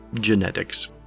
genetics